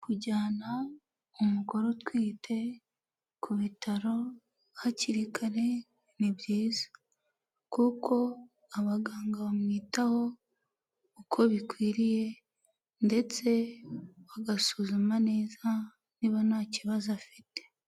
Kujyana umugore utwite ku bitaro hakiri kare ni byiza kuko abaganga bamwitaho uko bikwiriye ndetse bagasuzuma neza niba nta kibazo afite.